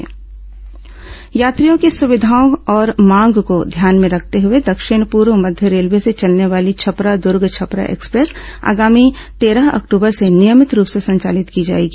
छपरा दर्ग छपरा यात्रियों की सुविधाओं और मांग को ध्यान में रखते हुए दक्षिण पूर्व मध्य रेलवे से चलने वाली छपरा दर्ग छपरा एक्सप्रेस आगामी तेरह अक्टूबर से नियमित रूप से संचालित की जाएगी